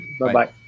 Bye-bye